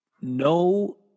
No